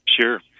Sure